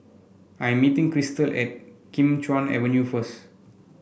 I am meeting Crystal at Kim Chuan Avenue first